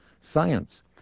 science